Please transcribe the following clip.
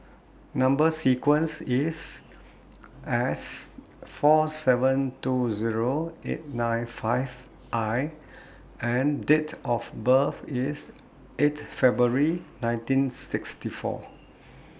Number sequence IS S four seven two Zero eight nine five I and Date of birth IS eight February nineteen sixty four